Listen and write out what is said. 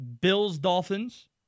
Bills-Dolphins